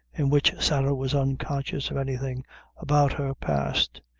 in which sarah was unconscious of anything about her, passed.